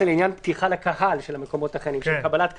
זה לעניין פתיחה לקהל של המקומות אחרים,